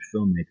filmmaker